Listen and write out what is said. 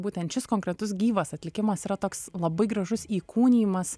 būtent šis konkretus gyvas atlikimas yra toks labai gražus įkūnijimas